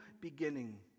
beginning